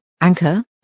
Anchor